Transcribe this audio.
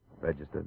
Registered